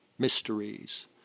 mysteries